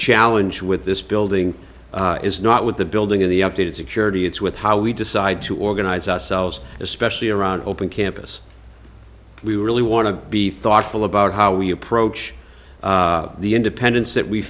challenge with this building is not with the building of the updated security it's with how we decide to organize ourselves especially around open campus we really want to be thoughtful about how we approach the independence that we